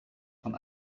von